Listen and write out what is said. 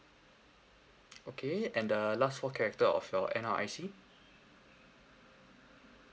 okay and the last four character of your N_R_I_C